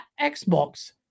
Xbox